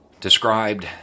described